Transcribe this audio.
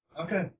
Okay